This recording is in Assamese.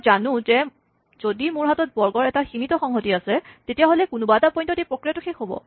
মই জানো যে যদি মোৰ হাতত বৰ্গৰ এটা সীমিত সংহতি আছে তেতিয়াহ'লে কোনোবা এটা পইন্টত এই প্ৰক্ৰিয়াটো শেষ হ'ব